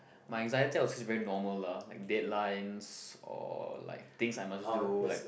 my anxiety i would say very normal lah like deadlines or like things I must to do like